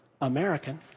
American